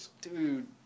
dude